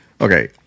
okay